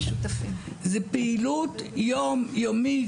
זו פעילות יום-יומית,